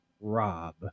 Rob